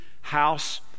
house